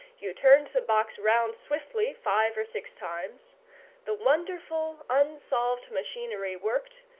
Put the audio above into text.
you turned the box round swiftly five or six times the wonderful unsolved machinery worked,